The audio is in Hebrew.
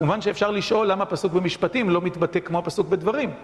כמובן שאפשר לשאול למה הפסוק במשפטים לא מתבטא כמו הפסוק בדברים.